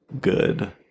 good